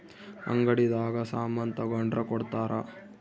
ಅಂಗಡಿ ದಾಗ ಸಾಮನ್ ತಗೊಂಡ್ರ ಕೊಡ್ತಾರ